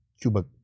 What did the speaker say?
Cuba